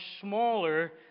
smaller